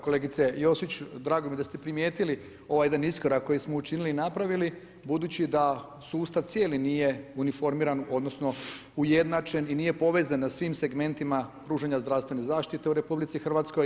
Kolegice Josić, drago mi je da ste primijetili ovaj jedan iskorak koji smo učinili i napravili, budući da sustav cijeli nije uniformiran odnosno ujednačen i nije povezan na svim segmentima pružanja zdravstvene zaštite u RH.